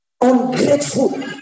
ungrateful